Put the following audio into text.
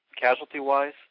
casualty-wise